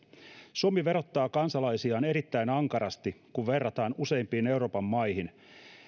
suomi verottaa kansalaisiaan erittäin ankarasti kun verrataan useimpiin euroopan maihin